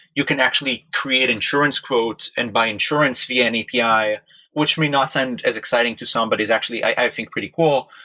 you can actually create insurance quotes and buy insurance via an api, which may not sound as exciting to some but is actually i think pretty cool.